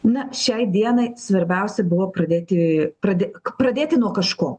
na šiai dienai svarbiausia buvo pradėti pradė pradėti nuo kažko